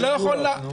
נפשות.